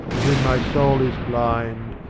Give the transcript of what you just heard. to whom my soul is blind,